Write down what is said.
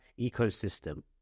ecosystem